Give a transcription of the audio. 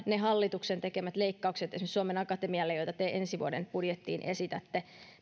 ne hallituksen tekemät leikkaukset esimerkiksi suomen akatemialle joita te ensi vuoden budjettiin esitätte